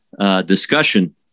discussion